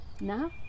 now